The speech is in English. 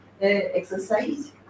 exercise